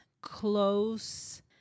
close